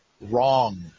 wrong